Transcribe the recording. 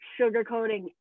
sugarcoating